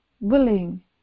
willing